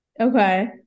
Okay